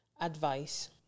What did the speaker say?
advice